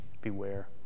beware